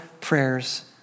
prayers